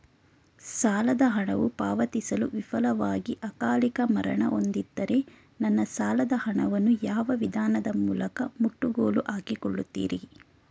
ಸಾಲದ ಹಣವು ಪಾವತಿಸಲು ವಿಫಲವಾಗಿ ಅಕಾಲಿಕ ಮರಣ ಹೊಂದಿದ್ದರೆ ನನ್ನ ಸಾಲದ ಹಣವನ್ನು ಯಾವ ವಿಧಾನದ ಮೂಲಕ ಮುಟ್ಟುಗೋಲು ಹಾಕಿಕೊಳ್ಳುತೀರಿ?